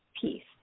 peace